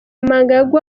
mnangagwa